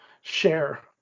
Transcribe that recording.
share